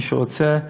למי שרוצה,